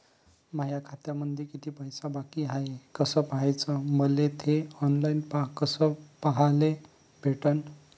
माया खात्यामंधी किती पैसा बाकी हाय कस पाह्याच, मले थे ऑनलाईन कस पाह्याले भेटन?